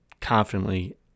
confidently